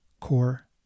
core